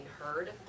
heard